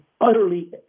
utterly